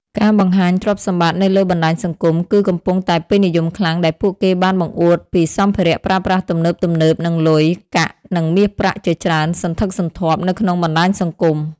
ការបង្ហាញទ្រព្យសម្បត្តិនៅលើបណ្តាញសង្គមគឺកំពុងតែពេញនិយមខ្លាំងដែលពួកគេបានបង្អួតពីសម្ភារៈប្រើប្រាស់ទំនើបៗនិងលុយកាក់និងមាសប្រាក់ជាច្រើនសន្ធឹកសន្ធាប់នៅក្នុងបណ្តាញសង្គម។